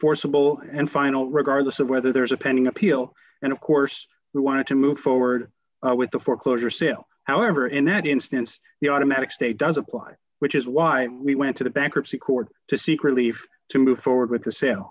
enforceable and final regardless of whether there's a pending appeal and of course we want to move forward with the foreclosure sale however in that instance the automatic stay does apply which is why we went to the bankruptcy court to seek relief to move forward with the sale